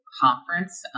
conference